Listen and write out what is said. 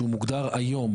שהוא מוגדר היום,